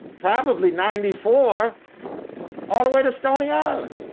probably ninety four all the way to stony island,